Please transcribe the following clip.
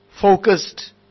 focused